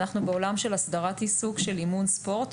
אנחנו בעולם של הסדרת העיסוק של אימון ספורט.